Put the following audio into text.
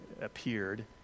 appeared